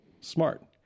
smart